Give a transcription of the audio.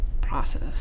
process